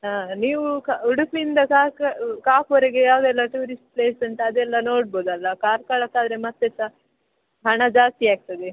ಹಾಂ ನೀವು ಕ ಉಡುಪಿಯಿಂದ ಕಾರ್ಕಳ ಕಾಪುವರೆಗೆ ಯಾವುದೆಲ್ಲ ಟೂರಿಸ್ಟ್ ಪ್ಲೇಸ್ ಉಂಟೋ ಅದೆಲ್ಲ ನೋಡ್ಬೌದಲ್ಲ ಕಾರ್ಕಳಕ್ಕೆ ಆದರೆ ಮತ್ತೆ ಸಹ ಹಣ ಜಾಸ್ತಿ ಆಗ್ತದೆ